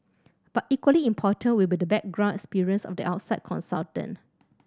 but equally important will be the background experience of the outside consultant